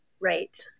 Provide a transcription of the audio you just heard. Right